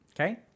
Okay